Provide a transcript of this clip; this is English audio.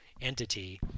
entity